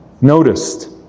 noticed